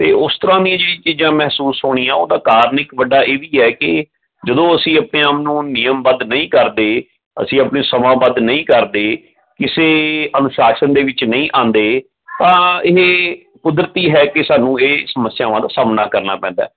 ਅਤੇ ਉਸ ਤਰ੍ਹਾਂ ਦੀਆਂ ਜਿਹੜੀਆਂ ਚੀਜ਼ਾਂ ਮਹਿਸੂਸ ਹੋਣੀਆਂ ਉਹਦਾ ਕਾਰਨ ਇੱਕ ਵੱਡਾ ਇਹ ਵੀ ਹੈ ਕਿ ਜਦੋਂ ਅਸੀਂ ਆਪਣੇ ਆਪ ਨੂੰ ਨਿਯਮਬੱਧ ਨਹੀਂ ਕਰਦੇ ਅਸੀਂ ਆਪਣਾ ਸਮਾਬੱਧ ਨਹੀਂ ਕਰਦੇ ਕਿਸੇ ਅਨੁਸ਼ਾਸਨ ਦੇ ਵਿੱਚ ਨਹੀਂ ਆਉਂਦੇ ਤਾਂ ਇਹ ਕੁਦਰਤੀ ਹੈ ਕਿ ਸਾਨੂੰ ਇਹ ਸਮੱਸਿਆਵਾਂ ਦਾ ਸਾਹਮਣਾ ਕਰਨਾ ਪੈਂਦਾ